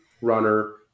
runner